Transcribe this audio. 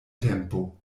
tempo